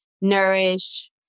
nourish